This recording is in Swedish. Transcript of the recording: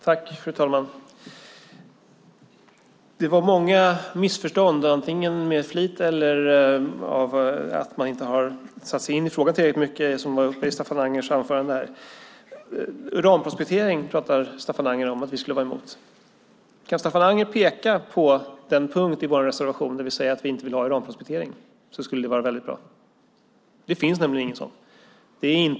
Fru talman! Det var många missförstånd i Staffan Angers anförande, antingen med flit eller för att han inte har satt sig in i frågan tillräckligt mycket. Uranprospektering pratar Staffan Anger om att vi skulle vara emot. Kan Staffan Anger peka på den punkt i vår reservation där vi säger att vi inte vill ha uranprospektering så skulle det vara väldigt bra. Det finns nämligen ingen sådan.